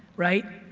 right,